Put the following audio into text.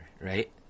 Right